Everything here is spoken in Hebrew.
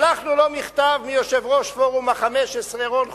שלחנו לו מכתב מיושב-ראש פורום ה-15 רון חולדאי,